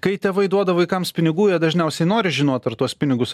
kai tėvai duoda vaikams pinigų jie dažniausiai nori žinot ar tuos pinigus